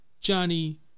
Johnny